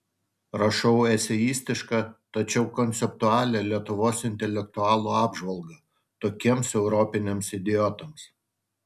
rašau eseistišką tačiau konceptualią lietuvos intelektualų apžvalgą tokiems europiniams idiotams